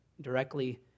directly